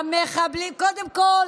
קודם כול,